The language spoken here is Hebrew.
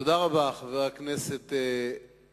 תודה רבה, חבר הכנסת עזרא.